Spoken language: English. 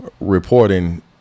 reporting